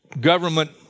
government